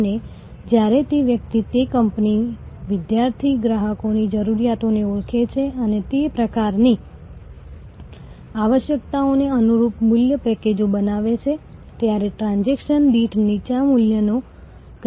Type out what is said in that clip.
હવે હા એવું નથી કે જ્યાં પણ તમે આ પુનરાવર્તિત ગ્રાહકને ઇચ્છો છો જેમ કે જો તમારી આરોગ્યસંભાળ સુવિધા અને તમે હૃદય રોગના દર્દી સાથે સફળતાપૂર્વક વ્યવહાર કર્યો છે તો તમે ખરેખર તેમાંથી પુનરાવર્તિત વ્યવસાય શોધી રહ્યા નથી